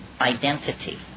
identity